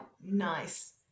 Nice